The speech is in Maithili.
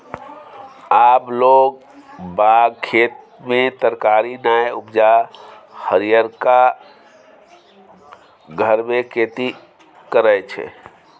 आब लोग बाग खेत मे तरकारी नै उपजा हरियरका घर मे खेती करय छै